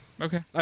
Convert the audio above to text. Okay